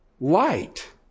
light